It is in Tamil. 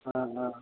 ஆ ஆ